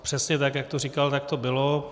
Přesně tak, jak to říkal, tak to bylo.